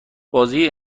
بازی